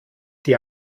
die